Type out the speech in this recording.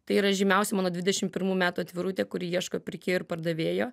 tai yra žymiausia mano dvidešim pirmų metų atvirutė kuri ieško pirkėjo ir pardavėjo